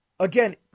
Again